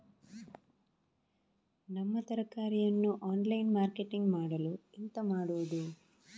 ನಮ್ಮ ತರಕಾರಿಯನ್ನು online marketing ಮಾಡಲು ಎಂತ ಮಾಡುದು?